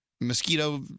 Mosquito